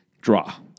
draw